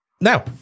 Now